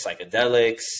psychedelics